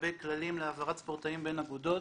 לגבי כללים להעברת ספורטאים בין אגודות,